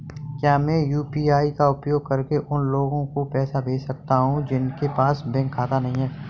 क्या मैं यू.पी.आई का उपयोग करके उन लोगों को पैसे भेज सकता हूँ जिनके पास बैंक खाता नहीं है?